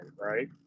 right